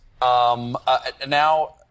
Now